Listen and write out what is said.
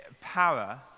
power